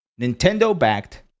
Nintendo-backed